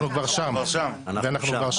אנחנו כבר שם ואנחנו כבר שם.